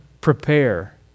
prepare